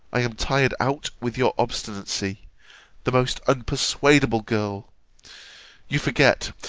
i am tired out with your obstinacy the most unpersuadable girl you forget,